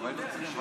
הם לא נמצאים,